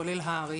כולל הר"י